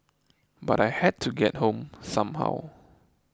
but I had to get home somehow